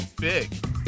big